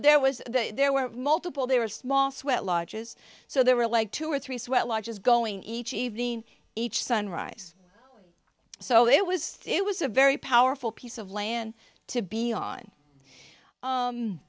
there was the there were multiple they were small sweat lodges so there were like two or three sweat lodges going each evening each sunrise so it was it was a very powerful piece of land to be on